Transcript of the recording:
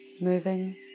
moving